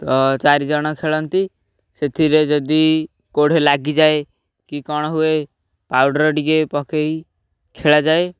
ତ ଚାରି ଜଣ ଖେଳନ୍ତି ସେଥିରେ ଯଦି କେଉଁଠି ଲାଗିଯାଏ କି କ'ଣ ହୁଏ ପାଉଡ଼ର୍ ଟିକେ ପକେଇ ଖେଳାଯାଏ